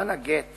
סרבן הגט